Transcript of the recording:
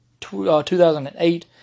2008